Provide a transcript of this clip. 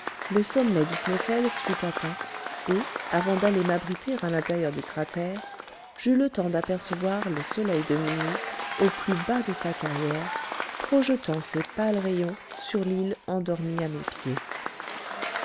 le sommet du sneffels fut atteint et avant d'aller m'abriter à l'intérieur du cratère j'eus le temps d'apercevoir le soleil de minuit au plus bas de sa carrière projetant ses pâles rayons sur l'île endormie à mes pieds